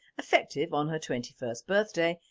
effective on her twenty first birthday,